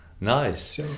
Nice